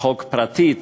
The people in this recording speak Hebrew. חוק פרטית,